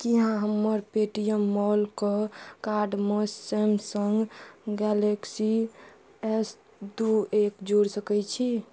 कि अहाँ हमर पेटीएम मॉलके कार्डमे सैमसन्ग गैलेक्सी एस दुइ एक जोड़ि सकै छी